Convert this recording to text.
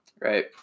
right